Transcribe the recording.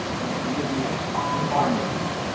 and you could give me a automobile,